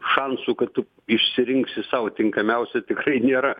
šansų kad tu išsirinksi sau tinkamiausią tikrai nėra